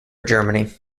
germany